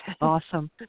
Awesome